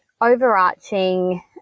overarching